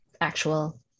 actual